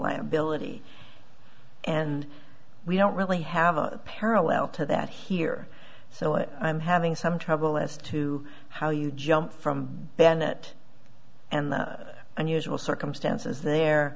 liability and we don't really have a parallel to that here so it i'm having some trouble as to how you jump from bennett and the unusual circumstances the